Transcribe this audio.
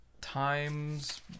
Times